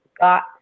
got